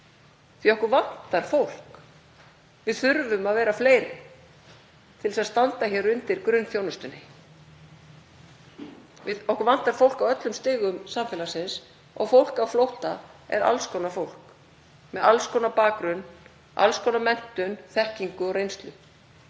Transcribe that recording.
að okkur vantar fólk. Við þurfum að vera fleiri til þess að standa hér undir grunnþjónustunni. Okkur vantar fólk á öllum stigum samfélagsins. Og fólk á flótta er alls konar fólk, með alls konar bakgrunn, alls konar menntun, þekkingu og reynslu.